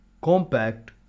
compact